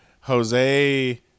Jose